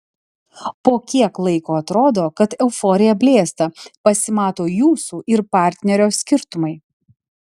po kiek laiko atrodo kad euforija blėsta pasimato jūsų ir partnerio skirtumai